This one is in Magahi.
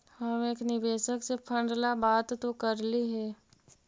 हम एक निवेशक से फंड ला बात तो करली हे